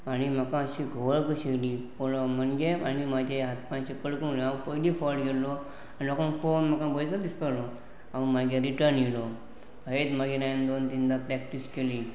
आनी म्हाका अशी घुंवळ कशी येयली पळवप म्हणजे आनी म्हाजे हातमानश कळक म्हण हांव पयलीं फॉड गेल्लो आनी लोका पळोवन म्हाका गंयचो दिसपाकलो हांव मागीर रिटर्न येयलो हयच मागीर हांवें दोन तीनदां प्रॅक्टीस केली